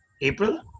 April